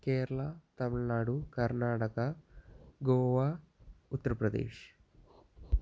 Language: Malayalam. കേരള തമിഴ്നാടു കർണ്ണാടക ഗോവ ഉത്തർപ്രദേശ്